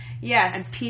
Yes